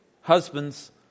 Husbands